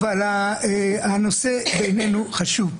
אבל הנושא בעינינו חשוב.